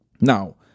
Now